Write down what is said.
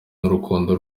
n’urukundo